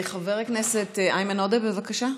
חבר הכנסת איימן עודה, בבקשה.